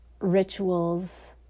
rituals